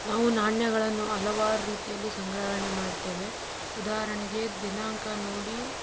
ನಾವು ನಾಣ್ಯಗಳನ್ನು ಹಲವಾರ್ ರೀತಿಯಲ್ಲಿ ಸಂಗ್ರಹಣೆ ಮಾಡ್ತೇವೆ ಉದಾಹರಣೆಗೆ ದಿನಾಂಕ ನೋಡಿ